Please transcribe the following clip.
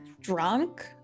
drunk